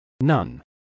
None